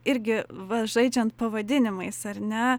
irgi va žaidžiant pavadinimais ar ne